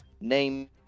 name